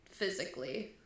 Physically